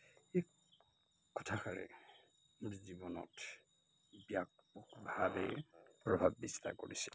এই কথাষাৰে জীৱনত ব্যাপকভাৱে প্ৰভাৱ বিস্তাৰ কৰিছিল